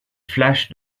flash